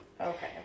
okay